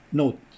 note